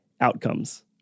outcomes